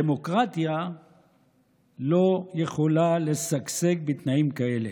דמוקרטיה לא יכולה לשגשג בתנאים כאלה.